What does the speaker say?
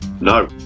No